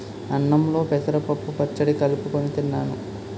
అన్నంలో పెసరపప్పు పచ్చడి కలుపుకొని తిన్నాను